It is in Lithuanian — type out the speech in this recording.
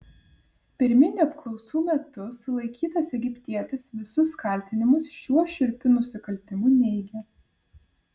pirminių apklausų metu sulaikytas egiptietis visus kaltinimus šiuo šiurpiu nusikaltimu neigia